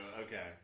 Okay